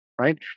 right